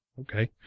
Okay